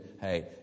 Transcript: hey